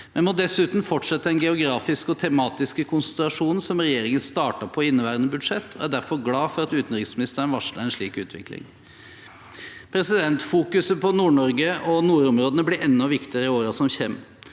Vi må dessuten fortsette en geografisk og tematisk konsentrasjon som regjeringen startet på i inneværende budsjett, og jeg er derfor glad for at utenriksministeren varsler en slik utvikling. Fokuseringen på Nord-Norge og nordområdene blir enda viktigere i årene som kommer.